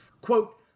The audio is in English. quote